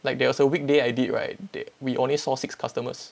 like there was a weekday I did right they we only saw six customers